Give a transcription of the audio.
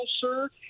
sir